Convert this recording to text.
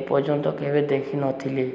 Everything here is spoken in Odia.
ଏପର୍ଯ୍ୟନ୍ତ କେବେ ଦେଖିନଥିଲେ